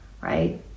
right